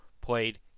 played